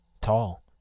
tall